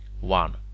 one